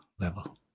level